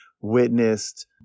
witnessed